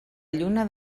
lluna